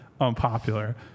unpopular